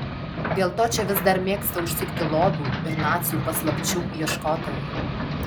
dėl to čia vis dar mėgsta užsukti lobių ir nacių paslapčių ieškotojai